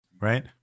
Right